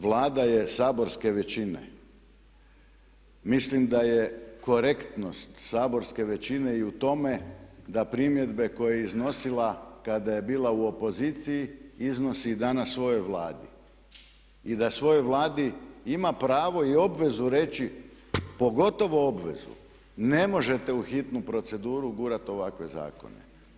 Vlada je saborske većine, mislim da je korektnost saborske većine i u tome da primjedbe koje je iznosila kada je bila u opoziciji iznosi i danas svojoj Vladi ima pravo i obvezu reći pogotovo obvezu ne možete u hitnu proceduru ugurati ovakve zakone.